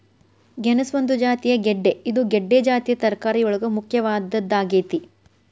ಗೆಣಸ ಒಂದು ಜಾತಿಯ ಗೆಡ್ದೆ ಇದು ಗೆಡ್ದೆ ಜಾತಿಯ ತರಕಾರಿಯೊಳಗ ಮುಖ್ಯವಾದದ್ದಾಗೇತಿ